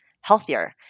healthier